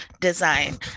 design